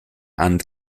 and